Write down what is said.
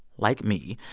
like me,